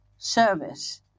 Service